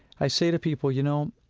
i say to people, you know,